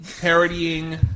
parodying